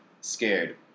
scared